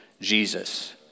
Jesus